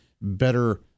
better